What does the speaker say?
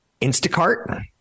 Instacart